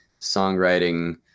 songwriting